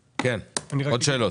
כן, עוד שאלות?